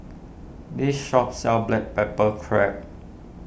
this shop sells Black Pepper Crab